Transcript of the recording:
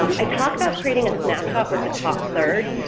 i talk about creating a snapshot with the top third,